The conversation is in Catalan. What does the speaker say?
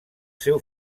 seu